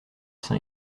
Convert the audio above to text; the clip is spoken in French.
sain